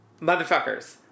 Motherfuckers